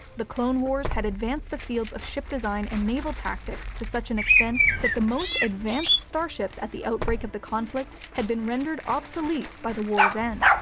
the clone wars had advanced the fields of ship design and naval tactics to such an extent that the most advanced starships at the outbreak of the conflict had been rendered obsolete by the war's end.